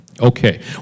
Okay